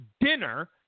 dinner